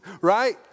right